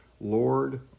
Lord